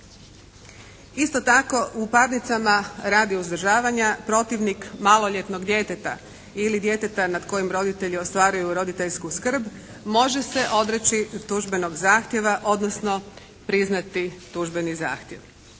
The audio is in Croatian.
Isto tako, u parnicama radi uzdržavanja protivnik maloljetnog djeteta ili djeteta nad kojim roditelji ostvaruju roditeljsku skrb može se odreći tužbenog zahtjeva, odnosno priznati tužbeni zahtjev.